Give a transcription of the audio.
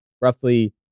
roughly